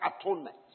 atonement